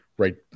Right